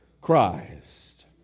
Christ